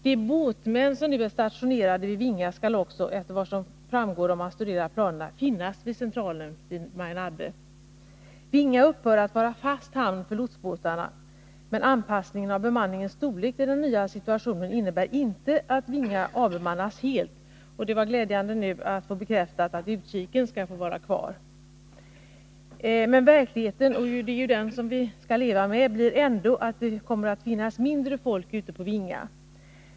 De båtsmän som nu är stationerade vid Vinga skall också, efter vad som framgår om man studerar planerna, finnas vid centralen vid Majnabbe. Vinga upphör att vara fast hamn för lotsbåtarna, men anpassningen av bemanningens storlek till den nya situationen innebär inte att Vinga avbemannas helt. Det är glädjande att få bekräftat att utkiken skall vara kvar. Men verkligheten, som ju är den som vi har att leva med, blir ändå att det kommer att finnas mindre med folk ute på Vinga.